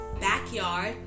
backyard